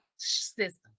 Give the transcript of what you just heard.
system